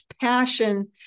passion